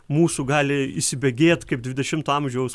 mūsų gali įsibėgėt kaip dvidešimto amžiaus